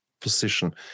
position